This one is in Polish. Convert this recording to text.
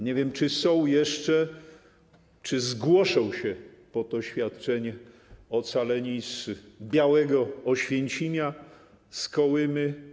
Nie wiem, czy są jeszcze, czy zgłoszą się po to świadczenie ocaleni z białego Oświęcimia - z Kołymy.